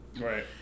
Right